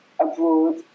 abroad